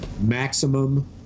maximum